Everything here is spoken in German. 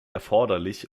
erforderlich